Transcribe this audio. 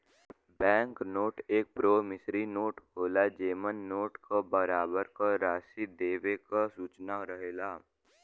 bank note एक promissory note होला जेमन नोट क बराबर क राशि देवे क सूचना रहेला